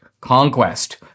conquest